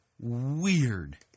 weird